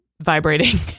vibrating